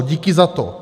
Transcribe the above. Díky za to.